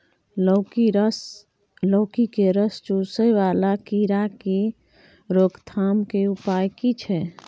लौकी के रस चुसय वाला कीरा की रोकथाम के उपाय की छै?